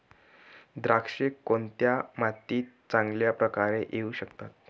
द्राक्षे कोणत्या मातीत चांगल्या प्रकारे येऊ शकतात?